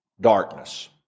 darkness